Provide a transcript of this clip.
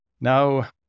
Now